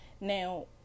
Now